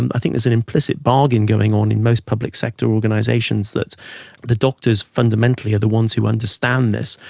and i think there's an implicit bargain going on in most public sector organisations that the doctors fundamentally are the ones who understand this,